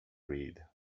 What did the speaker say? read